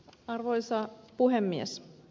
arvoisa puhemies